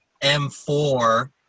m4